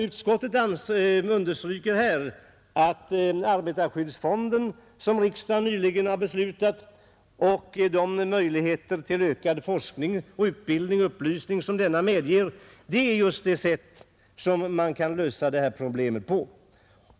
Utskottet understryker att arbetarskyddsfonden, som riksdagen nyligen har beslutat om, och de möjligheter till ökad forskning, utbildning och upplysning som denna medför är just den väg man kan gå för att lösa det här problemet.